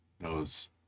knows